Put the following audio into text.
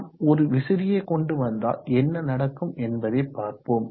நாம் ஒரு விசிறி கொண்டு வந்தால் என்ன நடக்கும் என்பதை பார்ப்போம்